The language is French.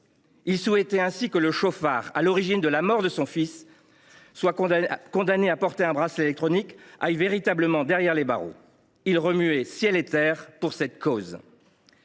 Il souhaitait que le chauffard à l’origine de la mort de son fils, condamné à porter un bracelet électronique, aille véritablement derrière les barreaux. Il remuait ciel et terre pour cette cause.